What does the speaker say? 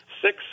six